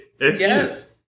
Yes